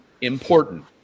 important